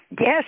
Yes